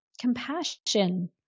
compassion